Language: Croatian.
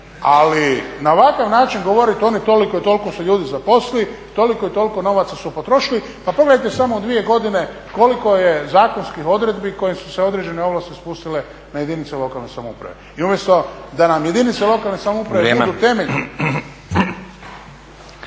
Ali na ovakav način govorit oni toliko i toliko su ljudi zaposlili, toliko i toliko novaca su potrošili. Pa pogledajte samo u dvije godine koliko je zakonskih odredbi kojima su se određene ovlasti spustile na jedinice lokalne samouprave. I umjesto da nam jedinice lokalne samouprave budu temelj…